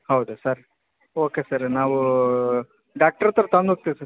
ಹೌದ sir okay sir ನಾವು doctor ಹತ್ರ ತಗೊಂಡ್ ಹೋಗ್ತಿವಿ